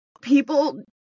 people